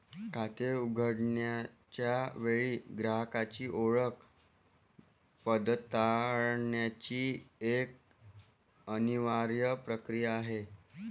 खाते उघडण्याच्या वेळी ग्राहकाची ओळख पडताळण्याची एक अनिवार्य प्रक्रिया आहे